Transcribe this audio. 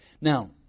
Now